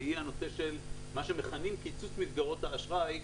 והיא הנושא של מה שמכנים קיצוץ מסגרות האשראי.